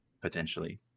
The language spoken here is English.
potentially